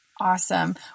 Awesome